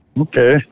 Okay